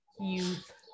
youth